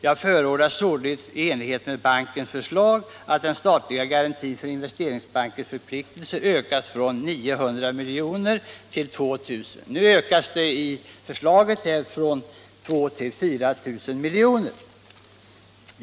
Jag förordar således i enlighet med bankens förslag att den statliga garantin för Investeringsbankens förpliktelser ökas från 900 milj.kr. till 2.000 milj.kr.” I det nu aktuella förslaget ökas motsvarande garanti från 2 000 miljoner till 4 000 milj.kr.